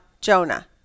Jonah